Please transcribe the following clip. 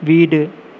வீடு